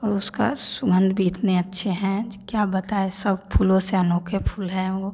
उसका सुगंध भी इतने अच्छे है क्या बताए सब फूलों से अनोखे फूल हैं वो